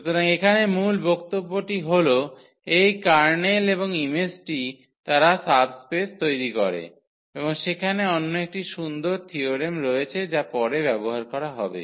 সুতরাং এখানে মুল বক্তব্যটি হল এই কার্নেল এবং ইমেজটি তারা সাবস্পেস তৈরি করে এবং সেখানে অন্য একটি সুন্দর থিয়োরেম রয়েছে যা পরে ব্যবহার করা হবে